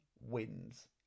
wins